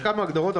יש כמה הגדרות,